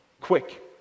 quick